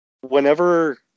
whenever